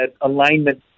alignment